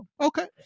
Okay